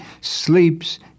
sleeps